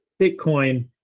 Bitcoin